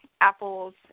Apple's